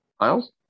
miles